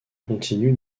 continue